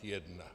1?